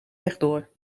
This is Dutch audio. rechtdoor